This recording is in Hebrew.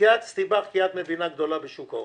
התייעצתי בך, כי את מבינה גדולה בשוק ההון,